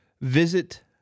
Visit